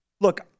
Look